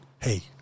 Hey